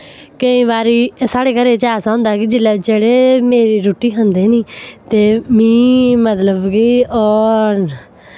केईं बारी साढ़े घरे च ऐसा होंदा कि जिल्लै जेह्ड़े मेरी रुट्टी खंदे निं ते मीं मतलब कि ओह्